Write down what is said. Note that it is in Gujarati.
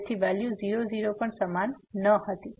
તેથી વેલ્યુ 0 0 પર સમાન ન હતું